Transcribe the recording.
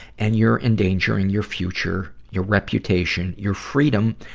and you're endangering your future, your reputation, your freedom,